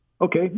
okay